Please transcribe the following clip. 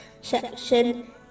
section